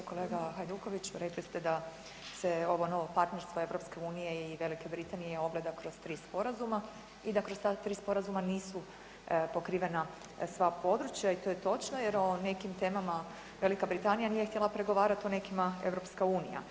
Kolega Hajdukoviću rekli ste da se ovo novo partnerstvo EU i Velike Britanije ogleda kroz tri sporazuma i da kroz ta tri sporazuma nisu pokrivena sva područja i to je točno jer o nekim temama Velika Britanija nije htjela pregovarati, o nekima EU.